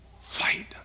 fight